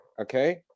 Okay